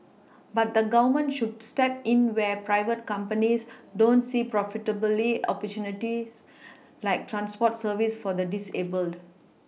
but the Government should step in where private companies don't see profitable opportunities like transport services for the disabled